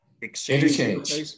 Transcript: exchange